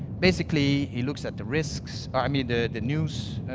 basically, he looks at the risks i mean the the news,